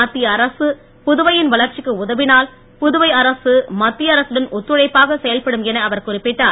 மத்திய அரசு புதுவையின் வளர்ச்சிக்கு உதவினால் புதுவை அரசு மத்திய அரசுடன் ஒத்துழைப்பாக செயல்படும் என அவர் குறிப்பிட்டார்